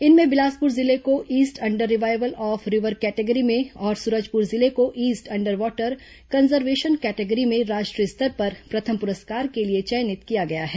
इनमें बिलासपुर जिले को east under revival of river category में और सूरजपुर जिले को east under water conservation category में राष्ट्रीय स्तर पर प्रथम पुरस्कार के लिए चयनित किया गया है